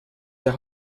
der